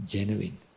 Genuine